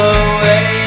away